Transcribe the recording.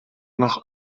noch